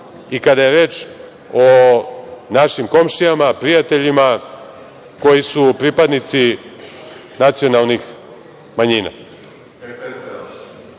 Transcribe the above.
i kada je reč o našim komšijama, prijateljima koji su pripadnici nacionalnim manjina. Ovim